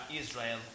Israel